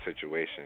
situation